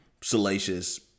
salacious